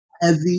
heavy